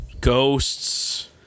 ghosts